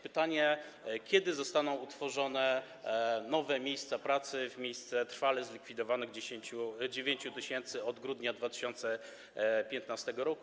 Pytanie: Kiedy zostaną utworzone nowe miejsca pracy w miejsce trwale zlikwidowanych 9 tys. od grudnia 2015 r.